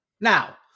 Now